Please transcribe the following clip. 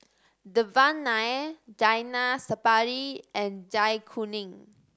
Devan Nair Zainal Sapari and Zai Kuning